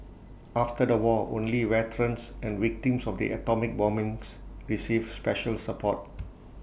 after the war only veterans and victims of the atomic bombings received special support